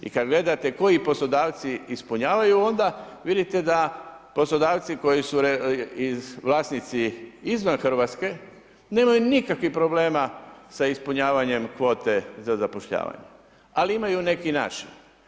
I kad gledate koji poslodavci ispunjavaju onda vidite da poslodavci koji su vlasnici izvan Hrvatske nemaju nikakvih problema sa ispunjavanjem kvote za zapošljavanje, ali imaju neki naši.